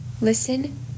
listen